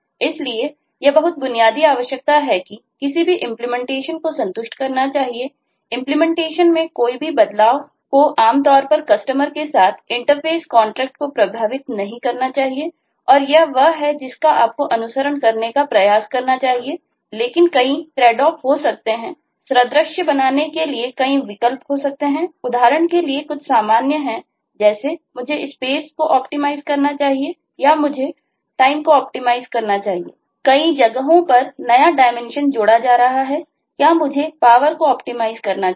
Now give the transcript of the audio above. इसलिए यह बहुत बुनियादी आवश्यकता है जो कि किसी भी इंप्लीमेंटेशन करना चाहिए